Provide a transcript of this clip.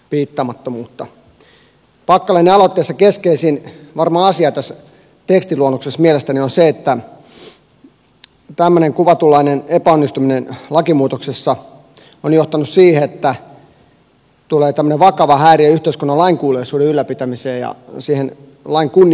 packa lenin aloitteen varmaan keskeisin asia tässä tekstiluonnoksessa mielestäni on se että tämmöinen kuvatunlainen epäonnistuminen lakimuutoksessa on johtanut siihen että tulee vakava häiriö yhteiskunnan lainkuuliaisuuden ylläpitämiseen ja lain kunnioittamiseen